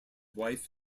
wife